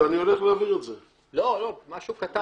משהו קטן.